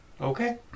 Okay